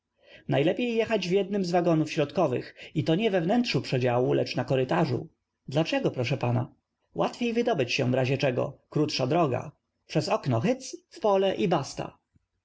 najlepiej jechać w jednym z w agonów śro d kow ych i to nie w e w nętrzu przedziału lecz na korytarzu dlaczego proszę p a n a łatwiej w ydobyć się w razie czego k ró t sza droga przez okno hyc w pole i basta